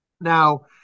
Now